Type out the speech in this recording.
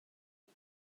dih